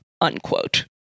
unquote